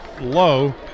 low